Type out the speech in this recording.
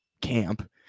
camp